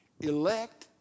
elect